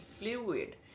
fluid